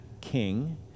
king